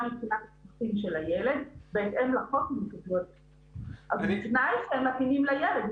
מבחינת הצרכים של הילד בהתאם לחוק הם --- כי הם מתאימים לילד.